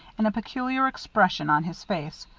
and a peculiar expression on his face,